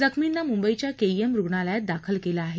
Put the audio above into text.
जखमींना मुंबईच्या केईएम रुणालयात दाखल केलं आहे